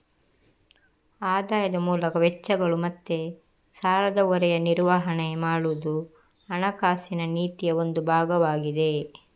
ಆದಾಯದ ಮೂಲಕ ವೆಚ್ಚಗಳು ಮತ್ತೆ ಸಾಲದ ಹೊರೆಯ ನಿರ್ವಹಣೆ ಮಾಡುದು ಹಣಕಾಸಿನ ನೀತಿಯ ಒಂದು ಭಾಗವಾಗಿದೆ